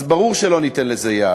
אז ברור שלא ניתן